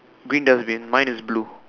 green dustbin mine is blue